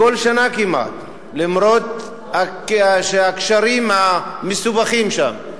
כל שנה כמעט, למרות הקשרים המסובכים שם,